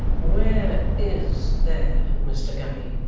where is there, mr. guppy?